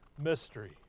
mystery